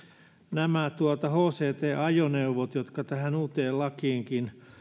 nämä hct ajoneuvot jotka tähän uuteen lakiinkin